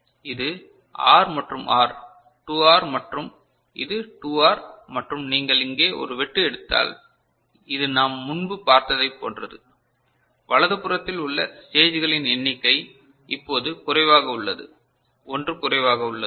இது ஆர் மற்றும் R 2 R மற்றும் இது 2 ஆர் மற்றும் நீங்கள் இங்கே ஒரு வெட்டு எடுத்தால் இது நாம் முன்பு பார்த்ததைப் போன்றது வலது புறத்தில் உள்ள ஸ்டேஜ்களின் எண்ணிக்கை இப்போது குறைவாக உள்ளது ஒன்று குறைவாக உள்ளது